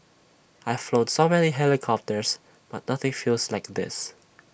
I've flown so many helicopters but nothing feels like this